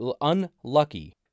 unlucky